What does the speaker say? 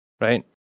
right